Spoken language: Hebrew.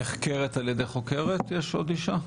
נחקרת על-ידי חוקרת יש עוד אישה?